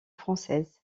françaises